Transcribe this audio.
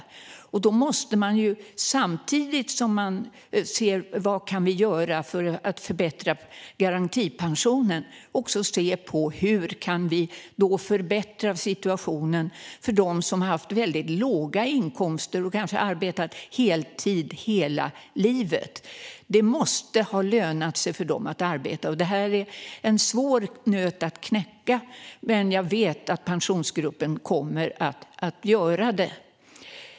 Då måste man, samtidigt som man ser vad man kan göra för att förbättra garantipensionen, också se på hur man kan förbättra situationen för dem som har haft väldigt låga inkomster och kanske arbetat heltid hela livet. Det måste löna sig för dem att ha arbetat. Detta är en svår nöt att knäcka, men jag vet att Pensionsgruppen kommer att göra det.